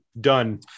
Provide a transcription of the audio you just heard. Done